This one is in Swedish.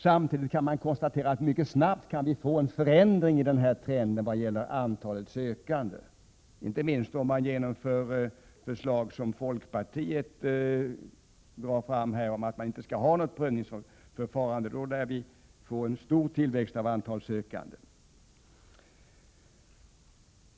Samtidigt kan vi konstatera att vi mycket snabbt kan få en förändringav trenden såvitt gäller antalet sökande — inte minst om man genomför förslaget som folkpartiet lägger fram om att avskaffa prövningsförfarandet. I sådant fall lär vi få stor ökning av antalet sökande.